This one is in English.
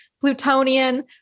Plutonian